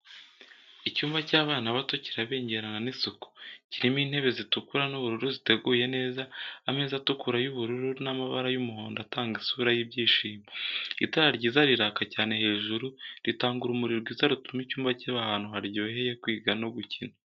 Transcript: Icyumba cy’abana bato kirabengerana n'isuku, kirimo intebe zitukura n’ubururu ziteguye neza. Ameza atukura, y’ubururu n’amabara y’umuhondo atanga isura y’ibyishimo. Itara ryiza riraka cyane hejuru, ritanga urumuri rwiza rutuma icyumba kiba ahantu haryoheye kwiga no gukina.